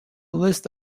list